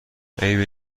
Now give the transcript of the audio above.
عیبی